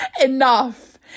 Enough